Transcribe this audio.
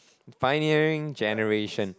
pioneering generation